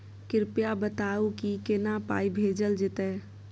कृपया बताऊ की केना पाई भेजल जेतै?